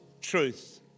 truth